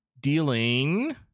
Dealing